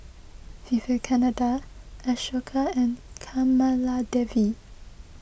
Vivekananda Ashoka and Kamaladevi